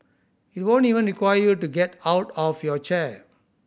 it won't even require you to get out of your chair